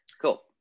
Cool